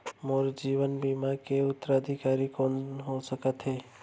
मोर जीवन बीमा के उत्तराधिकारी कोन सकत हे?